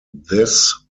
this